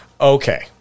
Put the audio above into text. Okay